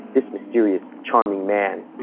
this mysterious, charming man.